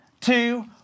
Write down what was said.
two